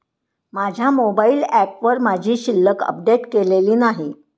माझ्या मोबाइल ऍपवर माझी शिल्लक अपडेट केलेली नाही